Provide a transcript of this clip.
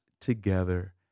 together